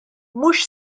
mhux